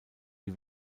die